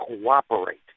cooperate